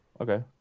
Okay